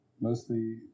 mostly